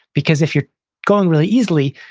because if you're going really easily,